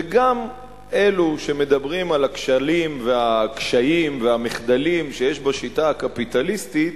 וגם אלו שמדברים על הכשלים והקשיים והמחדלים שיש בשיטה הקפיטליסטית